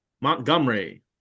Montgomery